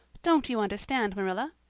don't you understand, marilla?